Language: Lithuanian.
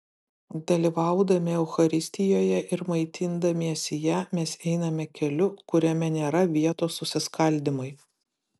dalyvaudami eucharistijoje ir maitindamiesi ja mes einame keliu kuriame nėra vietos susiskaldymui